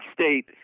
State